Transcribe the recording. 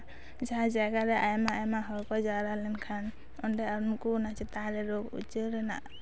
ᱡᱟᱦᱟᱸ ᱡᱟᱭᱜᱟ ᱨᱮ ᱟᱭᱢᱟ ᱟᱭᱢᱟ ᱦᱚᱲ ᱠᱚ ᱡᱟᱣᱨᱟ ᱞᱮᱱᱠᱷᱟᱱ ᱚᱸᱰᱮ ᱟᱨ ᱩᱱᱠᱩ ᱚᱱᱟ ᱪᱮᱛᱟᱱ ᱨᱮ ᱨᱳᱜᱷ ᱩᱪᱟᱹᱲ ᱨᱮᱱᱟᱜ